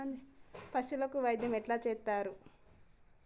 పశువులకు వైద్యం ఎట్లా చేత్తరు?